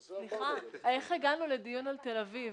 סליחה, איך הגענו לדיון על תל אביב?